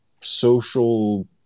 social